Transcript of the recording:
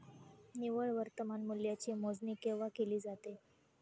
निव्वळ वर्तमान मूल्याची मोजणी केव्हा केली जाते?